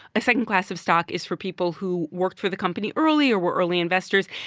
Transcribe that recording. a second class of stock is for people who worked for the company early or were early investors.